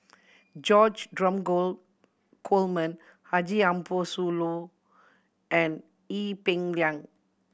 George Dromgold Coleman Haji Ambo Sooloh and Ee Peng Liang